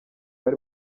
bari